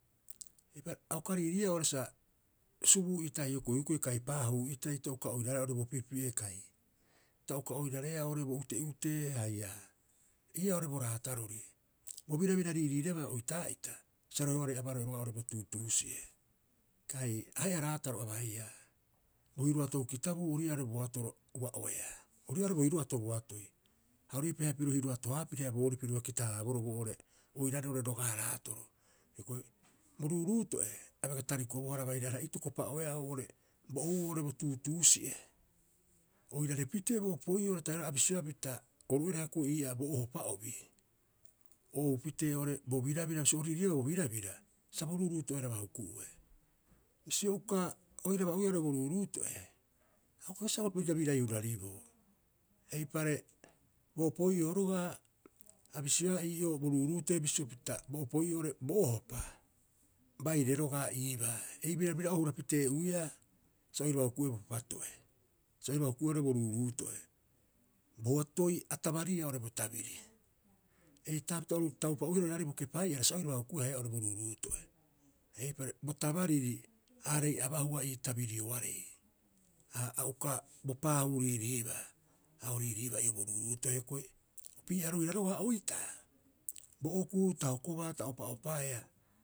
Eipaareha a uka riiriia oo'ore sa subuu'itai hioko'i hukue kai paahuu'itai ta uka oirareea oo'ore bo pipi'e kai ta uka oirareea oo'ore bo ute'utee haia ii'aa oo'ore bo raatarori. Bo birabira riiriireba oitaa'ita, sa roheoarei abaroe roga'a oo'ore bo tuutuusi'e, kai ahe'a raataro a baiia. Bo hiruatou kitabuu ori ii'aa oo'ore bo atoro ua'oeaa, ori ii'aa bo hiruato bo atoi, ha ori iipii haia hiruato- haa piri boorii piro bioga kita- haaboroo boo'ore oiraarei oo'ore roga- haraatoro. Hioko'i bo ruuruutoo'e a bega tarikobohara baire areha itokopa'oea oo'ore bo ou'oo oo'ore bo tuutuusi'e oirare pitee bo opoi'oo a bisioea pita oru oira hioko'i ii'aa bo ohopa'obi o ouu pitee oo'ore bo biabira. Bisio o riiriiia bo birabira sa bo ruuruuto'eraba huku'ue. Bisio uka oiraba uiia oo'ore bo ruuruuto'e, a uka bai kasibaa sa o birabirai hurariboo. Eipare bo opoi'oo roga'a abisioea ii'oo bo ruuruuto'e bisio pita bo opoi'oo oo'ore bo ohopa baire roga'a iibaa. Ei birabira'oo hura pitee'uiaa sa oiraba huku'ue bo papato'e. Sa oiraba huku'ue oo'ore bo ruuruuto'e. Bo atoi a tabariia oo'ore bo tabiri, heetaapita oru taupa'uihara oiraarei bo kepai'ara, sa oiraba huku'ue haia oo'ore bo ruuruuto'e. Eipere, bo tabariri aarei abahua ii tabirioarei, ha a uka bo paahuu riiriiba a o riiriibaa ii'oo bo ruuruuto'e. Hioko'i opii'a roga'a roira oitaa. Bo okuu ta hokobaa ta opa'opaea.